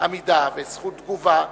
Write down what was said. עמידה וזכות תגובה,